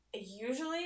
usually